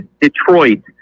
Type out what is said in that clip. Detroit